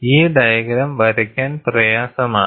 ഈ ഡയഗ്രം വരയ്ക്കാൻ പ്രയാസമാണ്